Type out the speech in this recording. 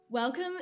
Welcome